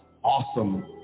awesome